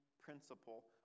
principle